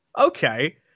okay